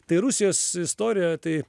tai rusijos istorija tai